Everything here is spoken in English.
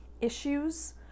issues